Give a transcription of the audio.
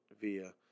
via